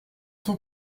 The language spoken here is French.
cent